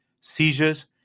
seizures